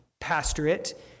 pastorate